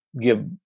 give